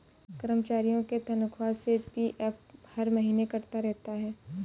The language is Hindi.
कर्मचारियों के तनख्वाह से पी.एफ हर महीने कटता रहता है